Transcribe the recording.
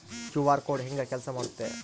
QR code ಹೆಂಗ ಕೆಲಸ ಮಾಡುತ್ತೆ?